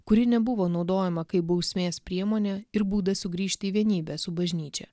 kuri nebuvo naudojama kaip bausmės priemonė ir būdas sugrįžti į vienybę su bažnyčia